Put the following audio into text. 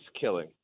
killing